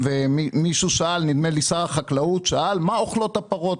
שר החקלאות שאל מה אוכלות הפרות?